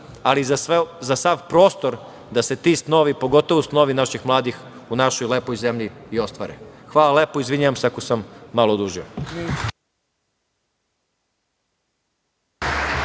ali za sav prostor da se ti snovi, pogotovu snovi naših mladih našoj lepoj zemlji i ostvare. Hvala lepo, izvinjavam se ako sam malo odužio.